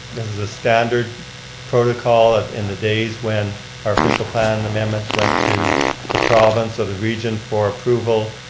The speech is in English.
is a standard protocol in the days when our official plan amendments went to the province of the region for approval.